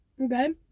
Okay